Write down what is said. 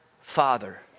father